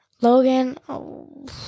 Logan